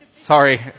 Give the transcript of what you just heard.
Sorry